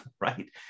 right